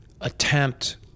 attempt